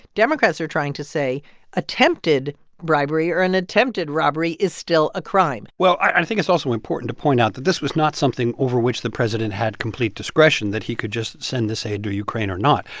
democrats are trying to say attempted bribery or an attempted robbery is still a crime well, i think it's also important to point out that this was not something over which the president had complete discretion, that he could just send this aid to ukraine or not.